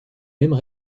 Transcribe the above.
mêmes